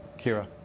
Kira